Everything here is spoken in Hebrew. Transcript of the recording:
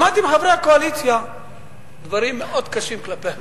שמעתי מחברי הקואליציה דברים מאוד קשים כלפי הממשלה,